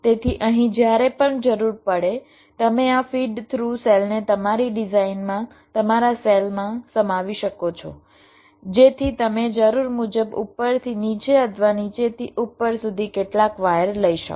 તેથી અહીં જ્યારે પણ જરૂર પડે તમે આ ફીડ થ્રુ સેલને તમારી ડિઝાઇનમાં તમારા સેલમાં સમાવી શકો છો જેથી તમે જરૂર મુજબ ઉપરથી નીચે અથવા નીચેથી ઉપર સુધી કેટલાક વાયર લઈ શકો